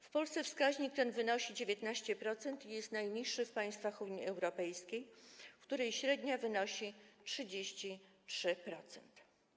W Polsce wskaźnik ten wynosi 19% i jest najniższy w państwach Unii Europejskiej, w której średnia wynosi 33%.